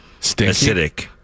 Acidic